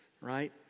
right